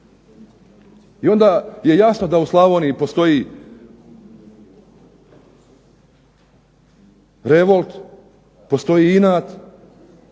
I onda je jasno da u Slavoniji postoji revolt, postoji inat,